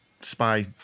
spy